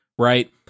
Right